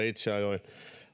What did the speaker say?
itse ajoin